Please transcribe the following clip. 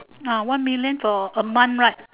ah one million for a month right